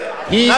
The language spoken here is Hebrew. אתה הסכנה,